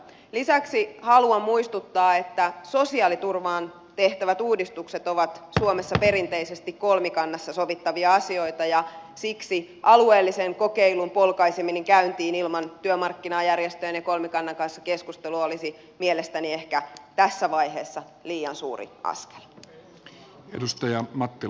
lisäksi haluan muistuttaa että sosiaaliturvaan tehtävät uudistukset ovat suomessa perinteisesti kolmikannassa sovittavia asioita ja siksi alueellisen kokeilun polkaiseminen käyntiin ilman työmarkkinajärjestöjen ja kolmikannan kanssa keskustelua olisi mielestäni ehkä tässä vaiheessa liian suuri askel